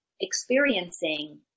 experiencing